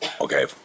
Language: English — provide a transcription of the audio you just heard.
okay